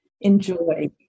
enjoy